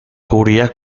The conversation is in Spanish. cubría